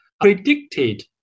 predicted